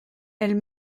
elles